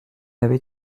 avait